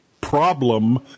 problem